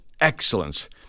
excellence